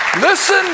Listen